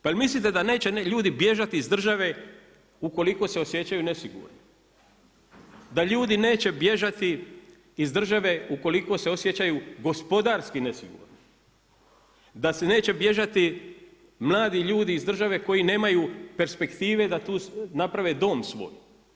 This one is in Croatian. Pa jel mislite da neće ljudi bježati iz države ukoliko se osjećaju nesigurno, da ljudi neće bježati iz države ukoliko se osjećaju gospodarski nesigurno, da se neće bježati mladi ljudi iz države koji nemaju perspektive da tu naprave dom svoj?